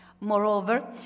Moreover